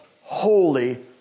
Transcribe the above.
holy